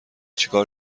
چیکار